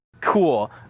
cool